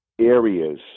areas